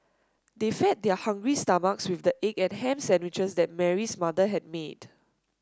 they fed their hungry stomachs with the egg and ham sandwiches that Mary's mother had made